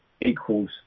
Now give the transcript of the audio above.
equals